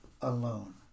alone